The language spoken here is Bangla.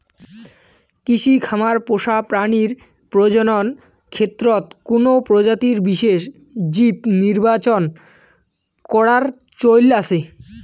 কৃষি খামার পোষা প্রাণীর প্রজনন ক্ষেত্রত কুনো প্রজাতির বিশেষ জীব নির্বাচন করার চৈল আছে